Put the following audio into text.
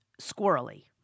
squirrely